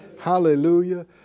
Hallelujah